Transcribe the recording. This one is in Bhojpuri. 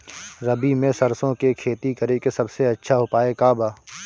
रबी में सरसो के खेती करे के सबसे अच्छा उपाय का बा?